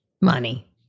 money